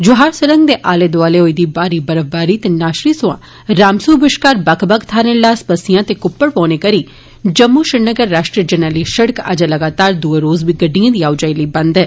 ज्वाहर स्रंग दे आले दौआले होई दी बर्फबारी ते नाशरी सोयां रामसूह बष्कार बक्ख बक्ख थहारें लास पस्सिया ते क्प्पड पौने करी जम्मू श्रीनगर राश्ट्रीय जरनैली शिड़क अज्ज लगातार द्रए रोज़ बी गड्डिएं दी आओ जाई लेई बंद ऐ